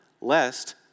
lest